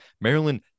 Maryland